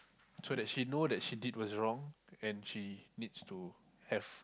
so that she know that she did was wrong and she needs to have